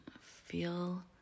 feel